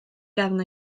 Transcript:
gefn